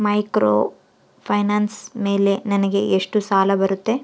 Microfinance ಮೇಲೆ ನನಗೆ ಎಷ್ಟು ಸಾಲ ಬರುತ್ತೆ?